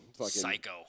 Psycho